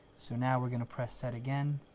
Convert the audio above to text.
so now we're gonna press set again